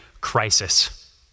crisis